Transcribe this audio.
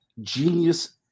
Genius